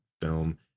film